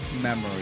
memory